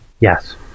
Yes